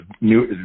new